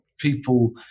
people